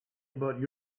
about